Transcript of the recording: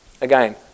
Again